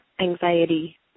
anxiety